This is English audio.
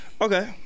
Okay